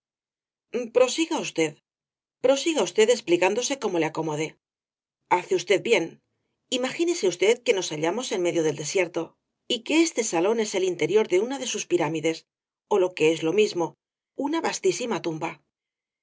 prosiga usted prosiga usted explicándose como le acomode hace usted bien imagínese usted que nos hallamos en medio del desierto y que este salón es el interior de una de sus pirámides ó lo que es lo mismo una vastísima tumba sí